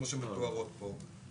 כמו שמתוארות פה,